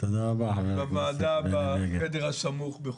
בוועדה בחדר הסמוך בחוקה.